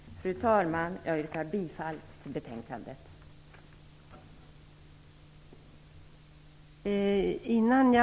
Jag yrkar bifall till utskottets hemställan.